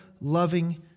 loving